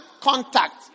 contact